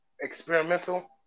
experimental